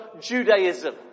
Judaism